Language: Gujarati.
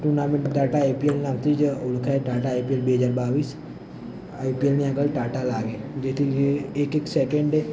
ટુર્નામેંટ ટાટા આઈપીએલ નામથી જ ઓળખાય ટાટા આઈપીએલ બે હજાર બાવીસ આઈપીએલની આગળ ટાટા લાગે જેથી જે એક એક સેકંડે